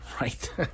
right